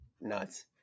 Nuts